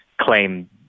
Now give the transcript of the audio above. claim